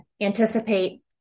anticipate